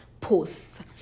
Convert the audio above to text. posts